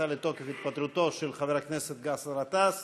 נכנסה לתוקף התפטרותו של חבר הכנסת באסל גטאס.